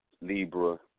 Libra